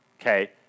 Okay